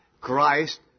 Christ